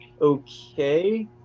Okay